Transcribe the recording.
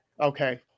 Okay